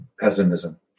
pessimism